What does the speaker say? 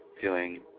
Feeling